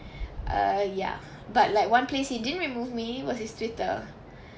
err ya but like one place he didn't remove me was his twitter so